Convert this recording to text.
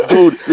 Dude